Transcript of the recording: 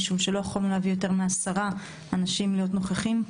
משום שלא יכולנו להביא יותר מעשרה אנשים לדיון כאן.